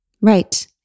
Right